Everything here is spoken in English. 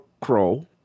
Crow